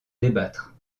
débattre